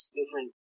different